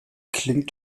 klingt